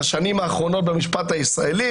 בשנים האחרונות במשפט הישראלי,